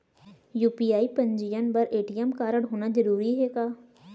UPI पंजीयन बर ATM कारडहोना जरूरी हे का?